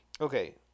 Okay